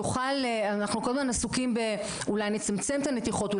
ואנחנו כל עסוקים באולי נצמצם את הנתיחות,